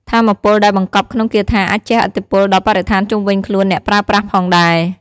ថាមពលដែលបង្កប់ក្នុងគាថាអាចជះឥទ្ធិពលដល់បរិស្ថានជុំវិញខ្លួនអ្នកប្រើប្រាស់ផងដែរ។